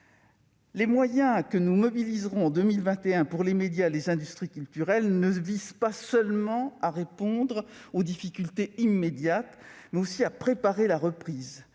Les moyens que nous mobiliserons en 2021 pour les médias et les industries culturelles visent non seulement à répondre aux difficultés immédiates, mais aussi à préparer la reprise.